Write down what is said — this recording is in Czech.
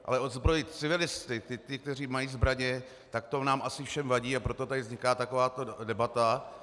Ale odzbrojit civilisty, ty, kteří mají zbraně, tak to nám asi všem vadí, a proto tady vzniká takováto debata.